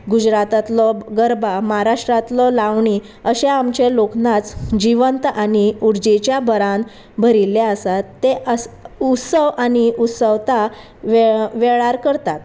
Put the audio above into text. गुजरातांतलो गरबा महाराष्ट्रांतलो लावणी अशें आमचे लोकनाच जिवंत आनी उर्जेच्या बरान भरिल्ले आसात ते आ उत्सव आनी उत्सवता वेळार करतात